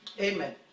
Amen